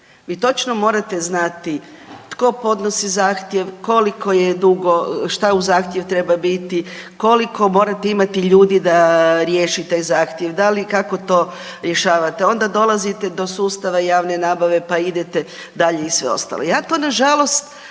Vi točno morate znati tko podnosi zahtjev, koliko je dugo, šta u zahtjev treba biti, koliko morate imati ljudi da riješi taj zahtjev, da li, kako to rješavate, onda dolazite do sustava javne nabave pa idete dalje i sve ostalo. Ja to, nažalost,